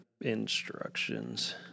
instructions